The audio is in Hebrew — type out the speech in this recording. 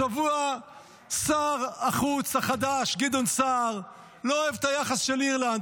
השבוע שר החוץ החדש גדעון סער לא אוהב את היחס של אירלנד.